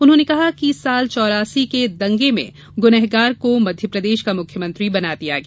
उन्होंने कहा कि साल चौरासी के दंगे में गुनहगार को मध्यप्रदेश का मुख्यमंत्री बना दिया गया